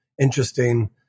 interesting